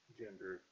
gender